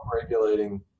regulating